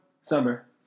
Summer